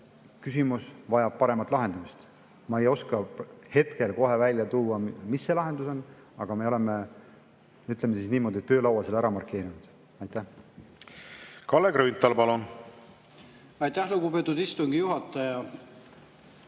küsimus vajab paremat lahendamist. Ma ei oska hetkel kohe välja tuua, mis see lahendus on, aga me oleme, ütleme siis niimoodi, töölaual selle ära markeerinud. Kalle Grünthal, palun! Kalle Grünthal, palun! Aitäh, lugupeetud istungi juhataja!